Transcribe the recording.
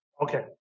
Okay